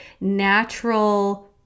natural